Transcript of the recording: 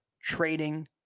trading